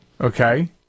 Okay